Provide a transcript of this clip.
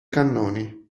cannoni